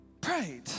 prayed